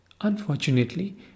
unfortunately